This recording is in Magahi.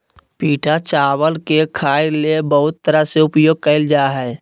पिटा चावल के खाय ले बहुत तरह से उपयोग कइल जा हइ